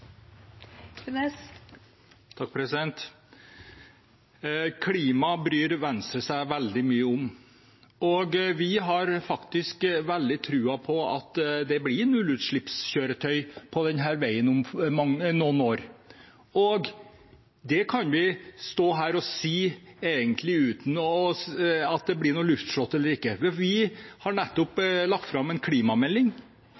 vi har faktisk veldig tro på at det blir nullutslippskjøretøy på denne veien om noen år. Det kan vi stå her og si uten at det blir noe luftslott. Vi har nettopp lagt fram en klimamelding som sier klart at vi har